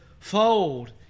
Fold